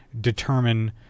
determine